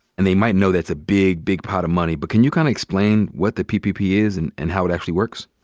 and they might know that's a big, big pot of money. but can you kinda kind of explain what the ppp is and and how it actually works?